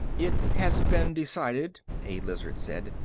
it has been decided, a lizard said,